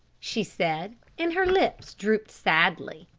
she said, and her lips drooped sadly.